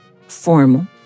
formal